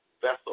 vessel